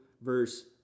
verse